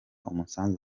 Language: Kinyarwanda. umusanzu